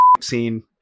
scene